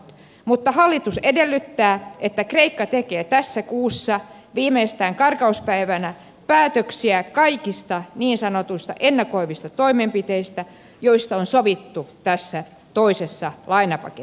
mutta hallitus edellyttää että kreikka tekee tässä kuussa viimeistään karkauspäivänä päätöksiä kaikista niin sanotuista ennakoivista toimenpiteistä joista on sovittu tässä toisessa lainapaketissa